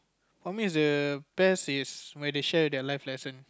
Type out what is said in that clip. for me it's the best is when they share their life lesson